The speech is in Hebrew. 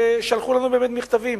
ושלחו לנו באמת מכתבים,